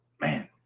Man